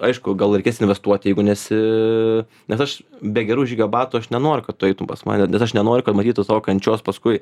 aišku gal reikės investuoti jeigu nesi nes aš be gerų žygio batų aš nenoriu kad tu eitum pas mane nes aš nenoriu kad matytųs tavo kančios paskui